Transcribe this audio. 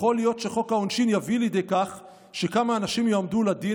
"יכול להיות שחוק העונשין יביא לידי כך שכמה האנשים יועמדו לדין,